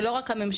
ולא רק הממשלה,